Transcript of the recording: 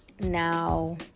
now